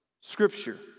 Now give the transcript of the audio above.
Scripture